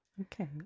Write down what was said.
Okay